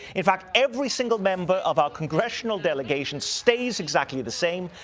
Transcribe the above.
in fact, every single member of our congressional delegation stays exactly the same.